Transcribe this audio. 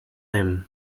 him